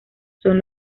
son